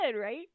right